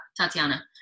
Tatiana